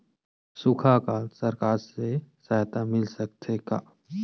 सुखा अकाल सरकार से सहायता मिल सकथे का?